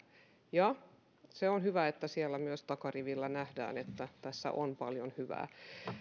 ja on hyvä että myös siellä takarivissä nähdään että tässä on paljon hyvää